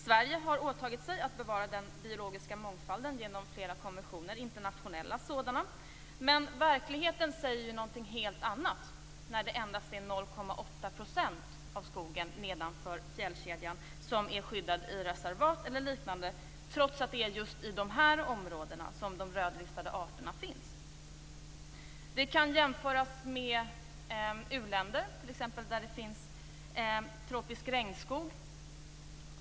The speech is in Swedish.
Sverige har genom flera internationella konventioner åtagit sig att bevara den biologiska mångfalden, men verkligheten säger något helt annat. Det är endast 0,8 % av skogen nedanför fjällkedjan som skyddas i reservat e.d. Ändå är det just i de områdena som de rödlistade arterna finns. Vi kan jämföra med u-länder där det t.ex. finns tropisk regnskog.